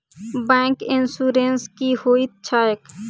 Bank insurance की होइत छैक?